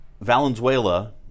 Valenzuela